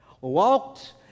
walked